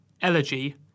Elegy